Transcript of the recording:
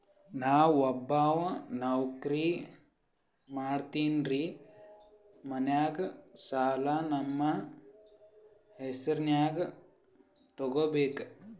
ನಾ ಒಬ್ಬವ ನೌಕ್ರಿ ಮಾಡತೆನ್ರಿ ಮನ್ಯಗ ಸಾಲಾ ನಮ್ ಹೆಸ್ರನ್ಯಾಗ ತೊಗೊಬೇಕ?